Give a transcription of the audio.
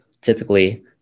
typically